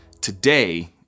Today